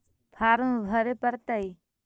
Farm भरे परतय?